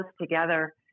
together